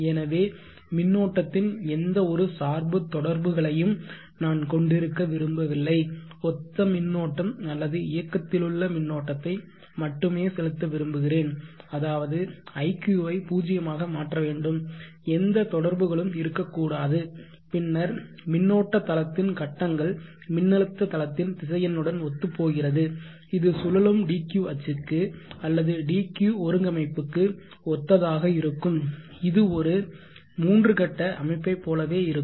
எனவே மின்னோட்டத்தின் எந்தவொரு சார்பு தொடர்புகளையும் நான் கொண்டிருக்க விரும்பவில்லை ஒத்த மின்னோட்டம் அல்லது இயக்கத்திலுள்ள மின்னோட்டத்தை மட்டுமே செலுத்த விரும்புகிறேன் அதாவது iq ஐ 0 ஆக மாற்ற வேண்டும் எந்த சார்பு தொடர்புகளும் இருக்கக்கூடாது பின்னர் மின்னோட்ட தளத்தின் கட்டங்கள் மின்னழுத்த தளத்தின் திசையனுடன் ஒத்துப்போகிறது இது சுழலும் dq அச்சுக்கு அல்லது dq ஒருங்கமைப்புக்கு ஒத்ததாக இருக்கும் இது ஒரு மூன்று கட்ட அமைப்பைப் போலவே இருக்கும்